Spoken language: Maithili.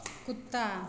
कुत्ता